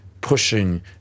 pushing